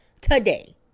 Today